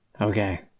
Okay